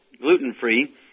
gluten-free